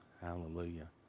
Hallelujah